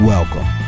Welcome